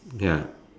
ya